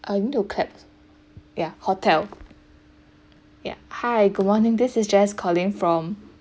I want to clap ya hotel ya hi good morning this is jess calling from